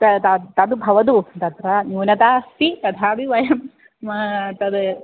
तद् तद् तद् भवतु तत्र न्यूनता अस्ति तथापि वयं तद्